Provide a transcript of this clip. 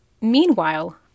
Meanwhile